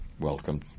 Welcome